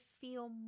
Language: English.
feel